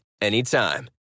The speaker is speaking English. anytime